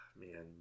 Man